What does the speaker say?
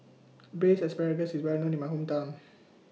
Braised Asparagus IS Well known in My Hometown